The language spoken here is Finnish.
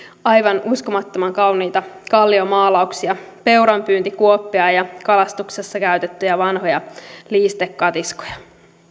aivan uskomattoman kauniita kalliomaalauksia peuranpyyntikuoppia ja kalastuksessa käytettyjä vanhoja liistekatiskoja